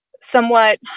somewhat